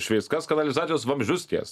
šveis kas kanalizacijos vamzdžius ties